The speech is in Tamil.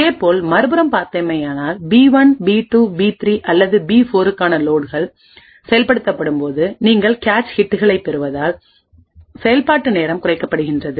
இதேபோல் மறுபுறம் பார்த்தோமேயானால் பி1பி2பி3 அல்லது பி4க்கான லோட்கள் செயல்படுத்தப்படும்போது நீங்கள் கேச் ஹிட்களைப் பெறுவதால்செயல்பாட்டு நேரம் குறைக்கப்படுகின்றது